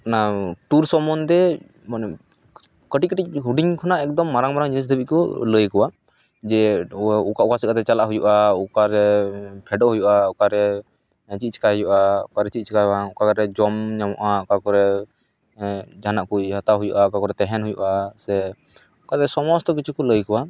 ᱚᱱᱟ ᱴᱩᱨ ᱥᱚᱢᱚᱱᱫᱷᱮ ᱢᱟᱱᱮ ᱠᱟᱹᱴᱤᱡ ᱠᱟᱹᱴᱤᱡ ᱦᱩᱰᱤᱧ ᱠᱷᱚᱱᱟᱜ ᱮᱠᱫᱚᱢ ᱢᱟᱨᱟᱝ ᱢᱟᱨᱟᱝ ᱡᱤᱱᱤᱥ ᱫᱷᱟᱹᱵᱤᱡ ᱠᱚ ᱞᱟᱹᱭᱟᱠᱚᱣᱟ ᱡᱮ ᱚᱠᱟ ᱥᱮᱫ ᱛᱮ ᱪᱟᱞᱟᱜ ᱦᱩᱭᱩᱜᱼᱟ ᱚᱠᱟᱨᱮ ᱯᱷᱮᱰᱚᱜ ᱦᱩᱭᱩᱜᱼᱟ ᱚᱠᱟᱨᱮ ᱪᱮᱫ ᱪᱮᱠᱟᱭ ᱦᱩᱭᱩᱜᱼᱟ ᱚᱠᱟᱨᱮ ᱪᱮᱫ ᱪᱮᱠᱟ ᱵᱟᱝ ᱚᱠᱟᱨᱮ ᱡᱚᱢ ᱧᱟᱢᱚᱜᱼᱟ ᱚᱠᱟ ᱠᱚᱨᱮ ᱡᱟᱦᱟᱱᱟᱜ ᱠᱚ ᱦᱟᱛᱟᱣ ᱦᱩᱭᱩᱜᱼᱟ ᱚᱠᱟ ᱠᱚᱨᱮ ᱛᱟᱦᱮᱱ ᱦᱩᱭᱩᱜᱼᱟ ᱥᱮ ᱚᱱᱠᱟ ᱜᱮ ᱥᱚᱢᱚᱥᱛᱚ ᱠᱤᱪᱷᱩ ᱠᱚ ᱞᱟᱹᱭ ᱟᱠᱚᱣᱟ